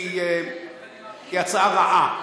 היא הצעה רעה,